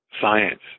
science